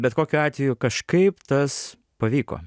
bet kokiu atveju kažkaip tas pavyko